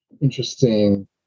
interesting